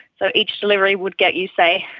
so each delivery would get you, say,